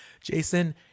Jason